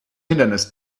hindernis